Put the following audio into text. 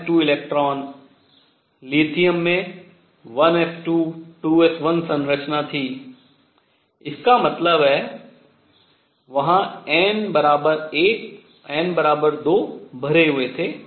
1S2 electron lithium में 1S22S1 संरचना थी इसका मतलब है वहाँ n 1 n 2 भरे हुए थे